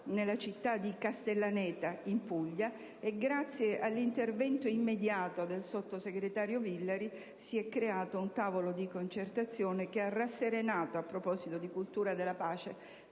nella città di Castellaneta in Puglia. Grazie all'intervento immediato del sottosegretario Villari si è creato un tavolo di concertazione che, a proposito di cultura della pace,